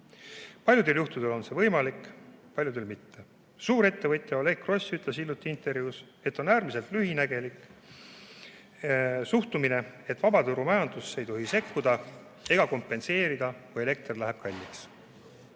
Paljudel juhtudel on see võimalik, paljudel juhtudel mitte. Suurettevõtja Oleg Gross ütles hiljuti intervjuus, et on äärmiselt lühinägelik suhtumine, et vabaturumajandusse ei tohi sekkuda ega kompenseerida, kui elekter läheb kalliks.